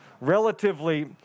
relatively